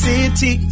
City